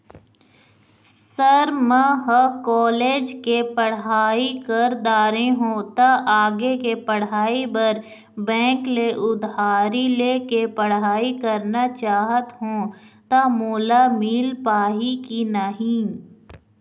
Sir म ह college के पढ़ाई कर दारें हों ता आगे के पढ़ाई बर बैंक ले उधारी ले के पढ़ाई करना चाहत हों ता मोला मील पाही की नहीं?